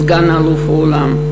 סגן אלוף העולם,